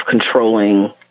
controlling